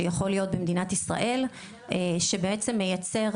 שבעצם מייצר